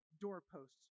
doorposts